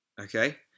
Okay